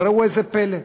אבל ראו איזה פלא,